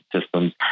systems